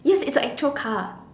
yes it's a actual car